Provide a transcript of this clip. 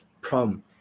problem